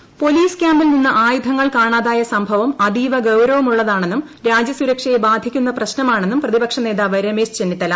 Ramesh Chennithala police ക്യാമ്പിൽ നിന്ന് ആയുധങ്ങൾ കാണാതായ സംഭവം അതീവ ഗൌരവമുള്ളതാണെന്നും രാജ്യ സുരക്ഷയെ ബാധിക്കുന്ന പ്രശ് നമാണെന്നും പ്രതിപക്ഷ നേതാവ് രമേശ് ചെന്നിത്തല